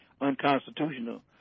unconstitutional